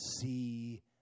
see